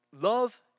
Love